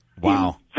Wow